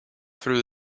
through